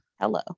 Hello